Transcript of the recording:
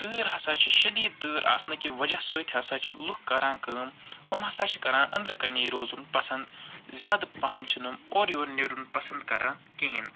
تۭر ہَسا چھِ شدیٖد تۭر آسنہٕ کہِ وجہ سۭتۍ ہَسا چھِ لُکھ کَران کٲم یِم ہَسا چھِ کَران أنٛدرٕ کَنی روزُن پسنٛد زیادٕ پہم چھِنہٕ یِم اورٕ یور نیرُن پسنٛد کَران کِہیٖنۍ